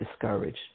discouraged